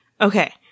Okay